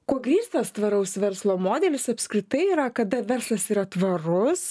kuo grįstas tvaraus verslo modelis apskritai yra kada verslas yra tvarus